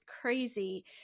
crazy